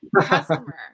customer